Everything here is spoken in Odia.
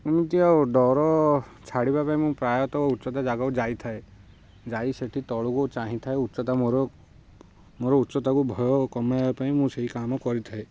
ଏମିତି ଆଉ ଡ଼ର ଛାଡ଼ିବା ପାଇଁ ମୁଁ ପ୍ରାୟତଃ ଉଚ୍ଚତା ଜାଗାକୁ ଯାଇଥାଏ ଯାଇ ସେଠି ତଳକୁ ଚାହିଁଥାଏ ଉଚ୍ଚତା ମୋର ମୋର ଉଚ୍ଚତାକୁ ଭୟ କମେଇବା ପାଇଁ ମୁଁ ସେଇ କାମ କରିଥାଏ